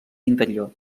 interior